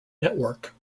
network